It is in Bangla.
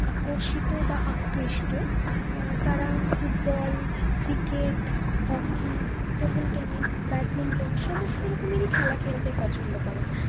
আকর্ষিত বা আকৃষ্ট তারা football cricket hockey table tennis badminton সমস্ত রকমেরই খেলা খেলতে পছন্দ করে